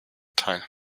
teil